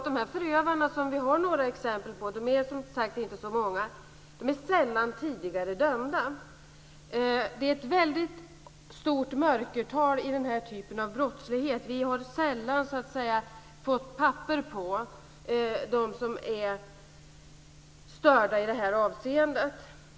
Dessa förövare - vi har några exempel, men de är som sagt inte så många - är sällan tidigare dömda. Det är ett väldigt stort mörkertal i denna typ av brottslighet. Vi får sällan papper på att någon är störd i detta avseende.